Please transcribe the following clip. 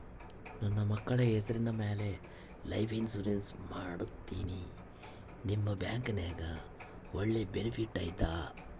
ನನ್ನ ಮಕ್ಕಳ ಹೆಸರ ಮ್ಯಾಲೆ ಲೈಫ್ ಇನ್ಸೂರೆನ್ಸ್ ಮಾಡತೇನಿ ನಿಮ್ಮ ಬ್ಯಾಂಕಿನ್ಯಾಗ ಒಳ್ಳೆ ಬೆನಿಫಿಟ್ ಐತಾ?